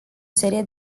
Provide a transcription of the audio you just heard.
serie